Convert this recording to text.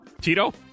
Tito